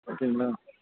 ஓகேங்களா